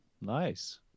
nice